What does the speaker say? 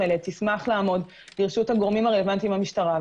הילד תשמח לעמוד לרשות הגורמים הרלוונטיים במשטרה,